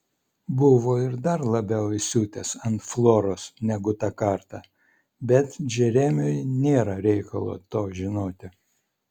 buvo ir dar labiau įsiutęs ant floros negu tą kartą bet džeremiui nėra reikalo to žinoti